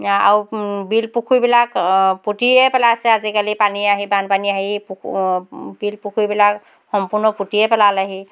আৰু বিল পুখুৰীবিলাক পুতিয়ে পেলাইছে আজিকালি পানী আহি বানপানী আহি পুখু বিল পুখুৰীবিলাক সম্পূৰ্ণ পুতিয়ে পেলালেহি